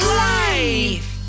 life